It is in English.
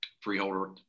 Freeholder